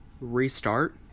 Restart